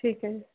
ਠੀਕ ਹੈ